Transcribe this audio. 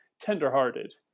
tenderhearted